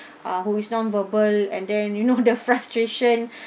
uh who is non verbal and then you know the frustration